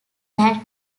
that